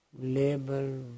label